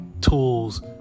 tools